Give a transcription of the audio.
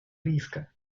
риска